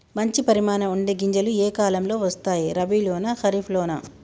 మంచి పరిమాణం ఉండే గింజలు ఏ కాలం లో వస్తాయి? రబీ లోనా? ఖరీఫ్ లోనా?